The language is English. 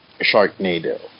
Sharknado